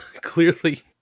clearly